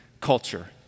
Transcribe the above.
culture